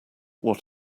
what